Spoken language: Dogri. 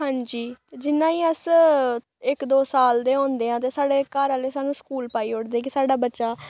हांजी जि'न्ना गै अस इक दो साल दे होंदे आं ते साढ़े घार आह्ले सानूं स्कूल पाई ओड़दे कि साढ़ा बच्चा